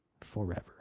forever